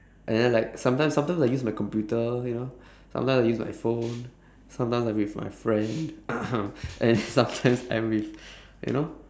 and then like sometimes sometimes I use my computer you know sometimes I use my phone sometimes I'm with my friend and sometimes I'm with you know